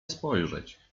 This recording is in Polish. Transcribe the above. spojrzeć